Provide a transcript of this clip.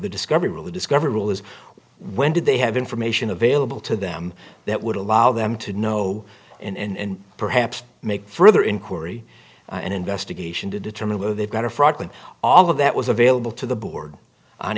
the discovery really discoverable is when did they have information available to them that would allow them to know and perhaps make further inquiry an investigation to determine whether they've got a fraud when all of that was available to the board on